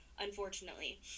unfortunately